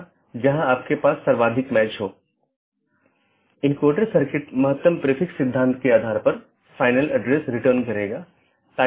कुछ और अवधारणाएं हैं एक राउटिंग पॉलिसी जो महत्वपूर्ण है जोकि नेटवर्क के माध्यम से डेटा पैकेट के प्रवाह को बाधित करने वाले नियमों का सेट है